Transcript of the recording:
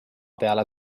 peale